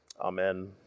Amen